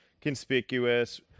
conspicuous